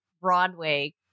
Broadway